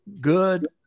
good